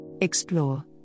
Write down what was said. Explore